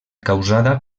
causada